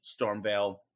Stormvale